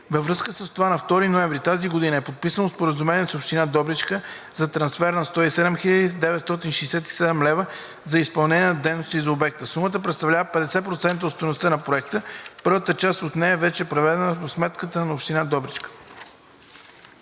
Във връзка с това на 2 ноември тази година е подписано споразумение с община Добричка за трансфер на 107 967 лв. за изпълнение на дейности за обекта. Сумата представлява 50% от стойността на проекта. Първата част от нея вече е преведена по сметката на община Добричка.